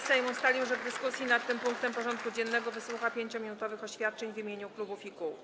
Sejm ustalił, że w dyskusji nad tym punktem porządku dziennego wysłucha 5-minutowych oświadczeń w imieniu klubów i kół.